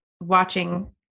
watching